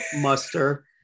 muster